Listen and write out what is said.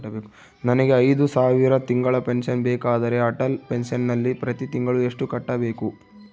ನನಗೆ ಐದು ಸಾವಿರ ತಿಂಗಳ ಪೆನ್ಶನ್ ಬೇಕಾದರೆ ಅಟಲ್ ಪೆನ್ಶನ್ ನಲ್ಲಿ ಪ್ರತಿ ತಿಂಗಳು ಎಷ್ಟು ಕಟ್ಟಬೇಕು?